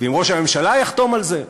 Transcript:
ואם ראש הממשלה יחתום על זה,